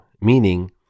meaning